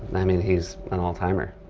i mean, he's an old timer.